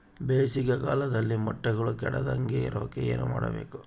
ಬೇಸಿಗೆ ಕಾಲದಲ್ಲಿ ಮೊಟ್ಟೆಗಳು ಕೆಡದಂಗೆ ಇರೋಕೆ ಏನು ಮಾಡಬೇಕು?